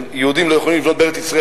שיהודים לא יכולים לבנות בארץ-ישראל,